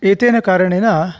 एतेन कारणेन